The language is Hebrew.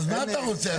אז מה אתה רוצה?